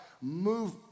move